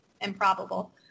improbable